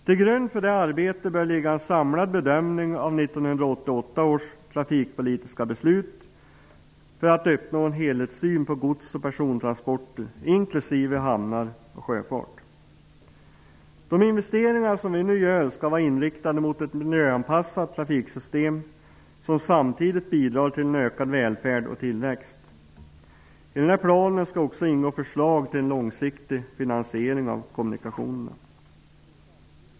Till grund för arbetet bör ligga en samlad bedömning av 1988 års trafikpolitiska beslut; detta för att man skall uppnå en helhetssyn på gods och persontransporter, inklusive hamnar och sjöfart. De investeringar som vi nu gör skall vara inriktade på ett miljöanpassat trafiksystem som samtidigt bidrar till en ökad välfärd och tillväxt. I planen skall också ingå förslag till långsiktig finansiering av kommunikationerna.